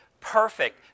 perfect